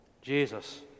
Jesus